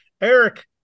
Eric